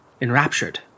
enraptured